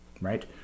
right